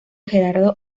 gerardo